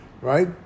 Right